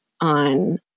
on